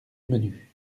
menu